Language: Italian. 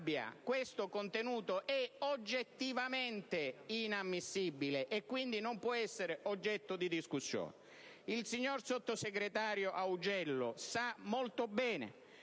questo contenuto è oggettivamente inammissibile; quindi non può essere oggetto di discussione. Il sottosegretario Augello sa molto bene